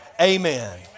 Amen